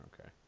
Okay